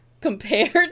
compared